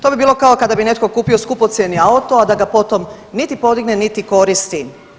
To bi bilo kao kada bi netko kupio skupocjeni auto, a da ga potom niti podigne niti koristi.